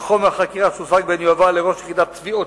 שחומר החקירה שהושג בהן יועבר לראש יחידת תביעות,